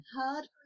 hard